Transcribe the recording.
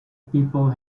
people